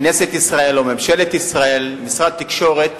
כנסת ישראל או ממשלת ישראל, משרד התקשורת